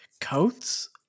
coats